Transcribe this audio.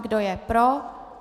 Kdo je pro?